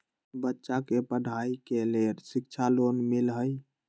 बच्चा के पढ़ाई के लेर शिक्षा लोन मिलहई?